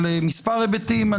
על מספר היבטים.